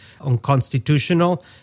unconstitutional